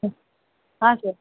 ಹಾಂ ಹಾಂ ಸರ್